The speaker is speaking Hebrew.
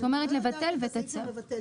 אני לא יודעת אם צריך את הסעיף שמבטל,